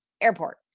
airport